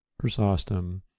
Chrysostom